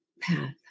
path